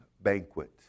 banquet